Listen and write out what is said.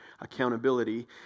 accountability